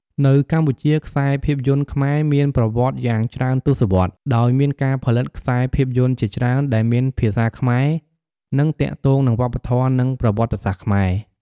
នៅកម្ពុជា ខ្សែភាពយន្តខ្មែរមានប្រវត្តិសាស្ត្រយ៉ាងច្រើនទសវត្សរ៍ ដោយមានការផលិតខ្សែភាពយន្តជាច្រើនដែលមានភាសាខ្មែរ និងទាក់ទងនឹងវប្បធម៌ និងប្រវត្តិសាស្ត្រខ្មែរ។